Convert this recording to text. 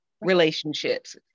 relationships